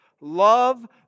Love